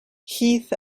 heath